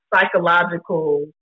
psychological